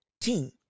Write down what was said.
team